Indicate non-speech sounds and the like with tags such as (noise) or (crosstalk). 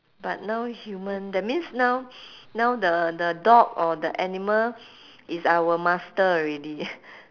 but now human that means now now the the dog or the animal is our master already (noise)